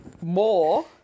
More